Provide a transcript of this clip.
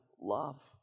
love